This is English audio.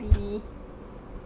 be